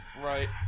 Right